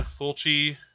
Fulci